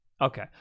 okay